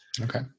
Okay